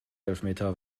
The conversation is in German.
elfmeter